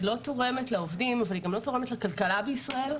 היא לא תורמת לעובדים והיא גם לא תורמת לכלכלה בישראל,